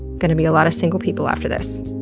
going to be a lot of single people after this,